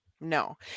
no